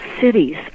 cities